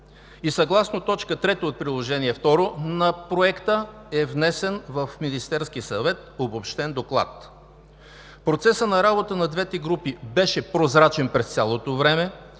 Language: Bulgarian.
И съгласно т. 3 от Приложение 2 на Проекта е внесен в Министерския съвет обобщен доклад. Процесът на работа на двете групи беше прозрачен през цялото време.